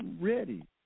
ready